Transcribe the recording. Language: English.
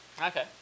Okay